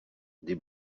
des